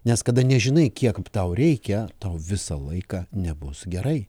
nes kada nežinai kiek tau reikia tau visą laiką nebus gerai